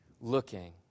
looking